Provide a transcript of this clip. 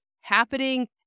happening